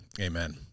Amen